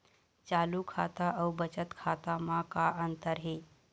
चालू खाता अउ बचत खाता म का अंतर हे?